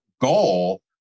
goal